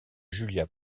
julia